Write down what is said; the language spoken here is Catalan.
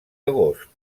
agost